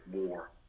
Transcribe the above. more